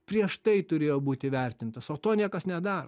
prieš tai turėjo būt įvertintas o to niekas nedaro